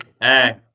Hey